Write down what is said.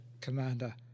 Commander